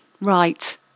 right